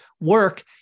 work